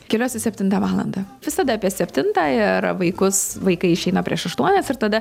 keliuosi septintą valandą visada apie septintą ir vaikus vaikai išeina prieš aštuonias ir tada